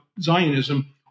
Zionism